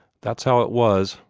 that's how it was.